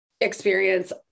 experience